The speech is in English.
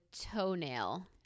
toenail